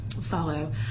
follow